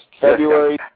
February